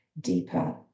deeper